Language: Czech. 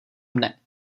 mne